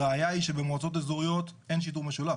הראיה, במועצות אזוריות אין שיטור משולב.